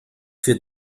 für